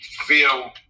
feel